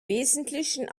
wesentlichen